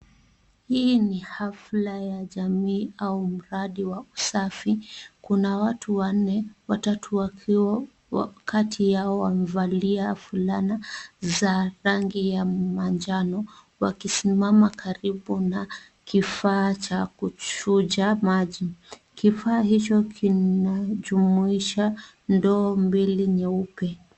Hii ni hafla ya jamii au mradi wa usafi. Kuna watu wanne, watatu wakiwa kati yao wamevalia fulana za rangi ya manjano wakisimama karibu na kifaa cha kuchuja maji. Kifaa hicho kinajumuisha ndoo mbili nyeupe.